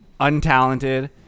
untalented